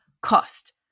cost